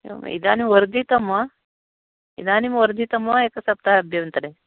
इदानीं वर्धितं वा इदानीं वर्धितं वा एकसप्ताहाभ्यन्तरे